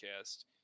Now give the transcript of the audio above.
podcast